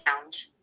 found